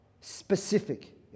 specific